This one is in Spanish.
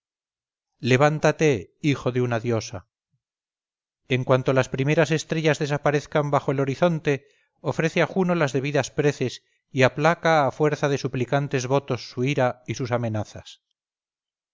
levántate hijo de una diosa en cuanto las primeras estrellas desaparezcan bajo el horizonte ofrece a juno las debidas preces y aplaca a fuerza de suplicantes votos su ira y sus amenazas